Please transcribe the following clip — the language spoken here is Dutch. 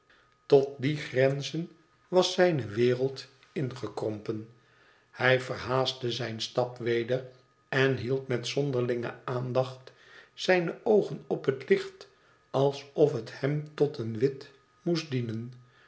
tot die grenzen was zijne wereld ingekrompen hij verhaastte zijn stap weder en hield met zonderlinge aandacht zijne oogen op het licht alsof het hem tot een wit moest dienen